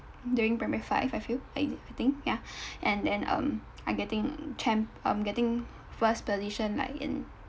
during primary five I feel I I think yeah and then um I'm getting champ I'm getting first position like in